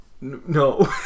No